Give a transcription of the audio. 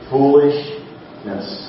Foolishness